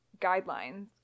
guidelines